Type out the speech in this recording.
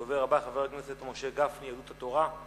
הדובר הבא, חבר הכנסת משה גפני, יהדות התורה,